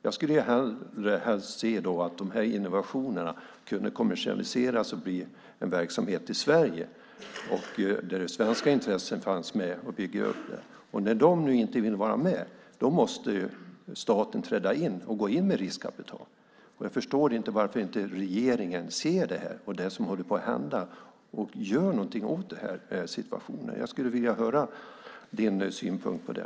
Jag skulle helst se att de innovationerna kunde kommersialiseras och bli en verksamhet i Sverige där det finns svenska intressen med att bygga upp det. När de nu inte vill vara med måste staten träda in och gå in med riskkapital. Jag förstår inte varför inte regeringen ser det som håller på att hända och gör någonting åt situationen. Jag skulle vilja höra din synpunkt på det.